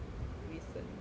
recently